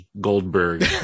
Goldberg